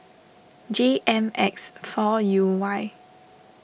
J M X four U Y